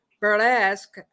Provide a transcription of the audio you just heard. burlesque